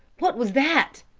what was that!